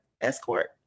escort